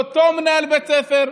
לאותו מנהל בית ספר,